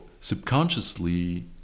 subconsciously